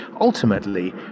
ultimately